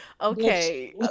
Okay